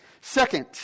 Second